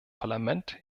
parlament